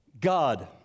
God